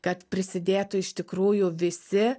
kad prisidėtų iš tikrųjų visi